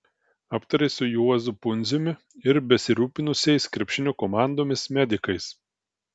aptarė su juozu pundziumi ir besirūpinusiais krepšinio komandomis medikais